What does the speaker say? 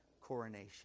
coronation